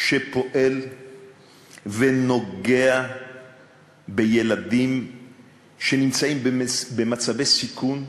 פועל ונוגע בילדים שנמצאים במצבי סיכון,